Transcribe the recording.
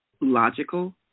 logical